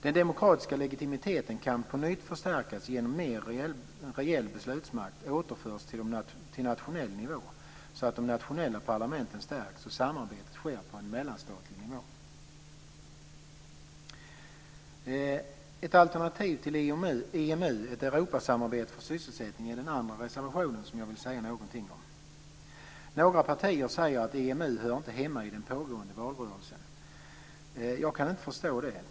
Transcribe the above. Den demokratiska legitimiteten kan på nytt förstärkas genom att mer reell beslutsmakt återförs till nationell nivå så att de nationella parlamenten stärks och samarbetet sker på en mellanstatlig nivå. Den andra reservationen jag vill säga något om handlar om ett alternativ till EMU - ett Europasamarbete för sysselsättning. Några partier säger att EMU inte hör hemma i den pågående valrörelsen. Jag kan inte förstå det.